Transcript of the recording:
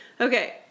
Okay